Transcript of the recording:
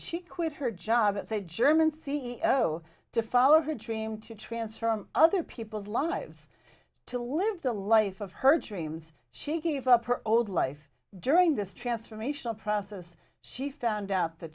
she quit her job as a german c e o to follow her dream to transfer on other people's lives to live the life of her dreams she gave up her old life during this transformational process she found out the